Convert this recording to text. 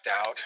out